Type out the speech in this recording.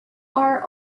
are